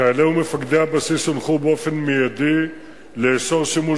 חיילי ומפקדי הבסיס הונחו באופן מיידי לאסור שימוש